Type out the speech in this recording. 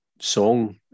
song